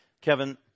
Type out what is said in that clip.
kevin